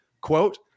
quote